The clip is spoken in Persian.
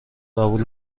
قبول